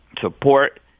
support